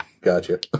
gotcha